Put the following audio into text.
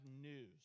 news